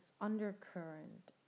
undercurrent